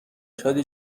شادی